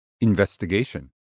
investigation